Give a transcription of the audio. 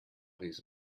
his